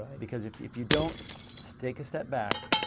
because if you don't take a step back,